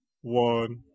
one